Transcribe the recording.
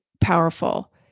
powerful